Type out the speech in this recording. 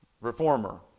Reformer